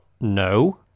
no